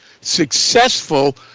successful